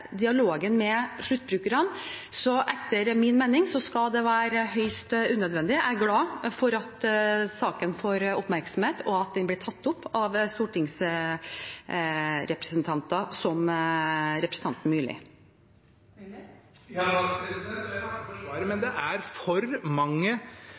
med sluttbrukerne, så etter min mening skal det være høyst unødvendig. Jeg er glad for at saken får oppmerksomhet, og at den blir tatt opp av stortingsrepresentanter, som representanten Myrli. Jeg takker for svaret, men